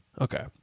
Okay